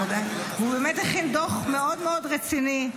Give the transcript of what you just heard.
הוא באמת הכין דוח מאוד מאוד רציני,